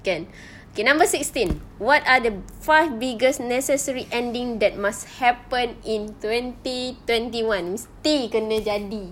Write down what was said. kan okay number sixteen what are the five biggest necessary ending that must happen in twenty twenty one mesti kena jadi